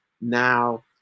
now